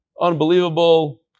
Unbelievable